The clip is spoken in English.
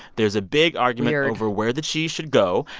there's a big argument. weird. over where the cheese should go.